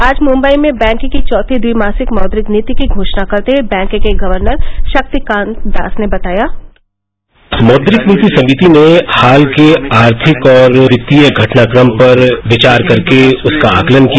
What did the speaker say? आज मम्बई में बैंक की चौथी द्विमासिक मौद्रिक नीति की घोषणा करते हए बैंक के गर्वनर शक्तिकांत दास ने बताया मौद्रिक नीति समिति ने हाल के आर्थिक और वित्तीय घटनाक्रम पर विचार करके उसका आकलन किया